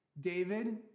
David